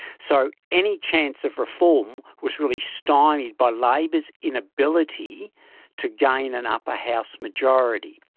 so any chance of reform was really stymied by labor's inability to gain an upper house majority.